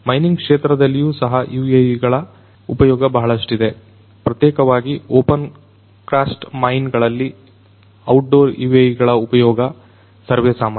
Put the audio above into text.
mining ಕ್ಷೇತ್ರದಲ್ಲಿಯೂ ಸಹ UAV ಗಳ ಉಪಯೋಗ ಬಹಳಷ್ಟಿದೆ ಪ್ರತ್ಯೇಕವಾಗಿ ಓಪನ್ಕಾಸ್ಟ್ ಮೈನ್ ಗಳಲ್ಲಿ ಔಟ್ ಡೋರ್ UAV ಗಳ ಉಪಯೋಗ ಸರ್ವೇಸಾಮಾನ್ಯ